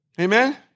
Amen